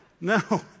no